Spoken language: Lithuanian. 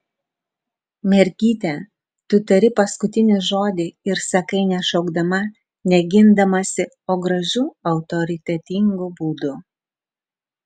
mergyte tu tari paskutinį žodį ir sakai ne šaukdama ne gindamasi o gražiu autoritetingu būdu